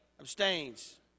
abstains